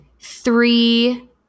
three